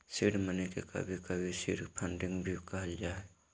seed money के कभी कभी सीड फंडिंग भी कहल जा हय